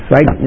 Right